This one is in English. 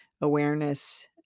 awareness